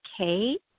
okay